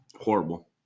horrible